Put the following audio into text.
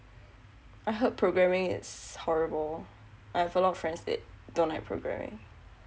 I heard programming is horrible I have a lot of friends that don't like programming